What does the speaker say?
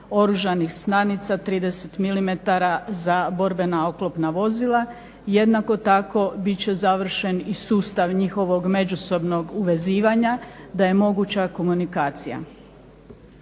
oružanih snanica 30 mm za borbena oklopna vozila. Jednako tako bit će završen i sustav njihovog međusobnog uvezivanja da je moguća komunikacija.